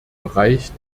bereich